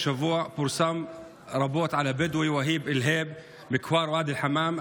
השבוע פורסם רבות על הבדואי והייב להייב מכפר ואדי אל-חמאם,